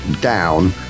down